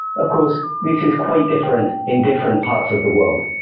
of course, this is quite different in different parts of the world!